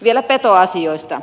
vielä petoasioista